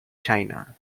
china